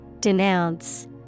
Denounce